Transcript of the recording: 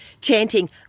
chanting